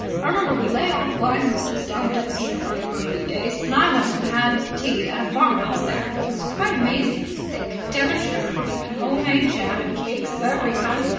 i remember we lay off lyme regis down devonshire way, for a few days, and i went and had tea at a farmhouse there. it was quite amazing! thick devonshire cream and home-made jam and cakes of every kind.